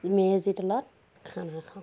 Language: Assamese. মেজিৰ তলত খানা খাওঁ